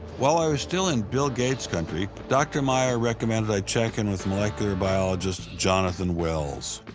while i was still in bill gates country, dr. meyer recommended i check in with molecular biologist jonathan wells.